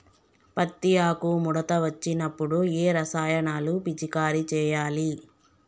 పత్తి ఆకు ముడత వచ్చినప్పుడు ఏ రసాయనాలు పిచికారీ చేయాలి?